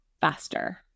faster